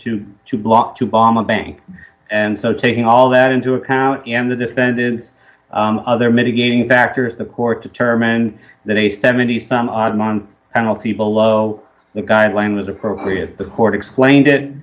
go to block to bomb a bang and so taking all that into account and to defend in other mitigating factors the court determined that a seventy some odd man penalty below the guideline was appropriate the court explained it